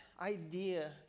idea